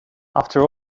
after